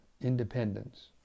independence